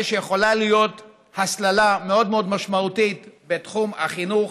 יכולה להיות הסללה מאוד מאוד משמעותית בתחום החינוך,